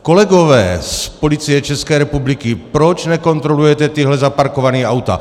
Kolegové z Policie České republiky, proč nekontrolujete tahle zaparkovaná auta?